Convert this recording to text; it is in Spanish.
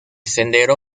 sendero